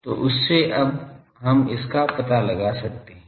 तो उससे अब हम इसका पता लगा सकते हैं